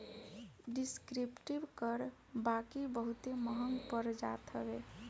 descriptive कर बाकी बहुते महंग पड़ जात हवे